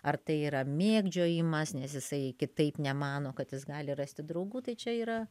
ar tai yra mėgdžiojimas nes jisai kitaip nemano kad jis gali rasti draugų tai čia yra